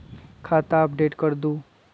खाता अपडेट करदहु?